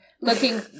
looking